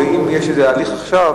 ואם יש איזה הליך עכשיו,